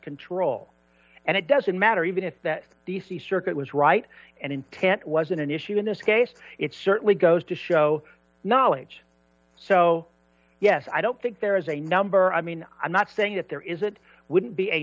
control and it doesn't matter even if the d c circuit was right and intent wasn't an issue in this case it certainly goes to show knowledge so yes i don't think there is a number i mean i'm not saying that there is it wouldn't be a